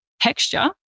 texture